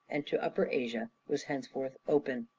and to upper asia, was henceforth open.